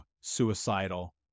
suicidal